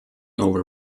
over